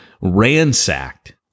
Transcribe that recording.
ransacked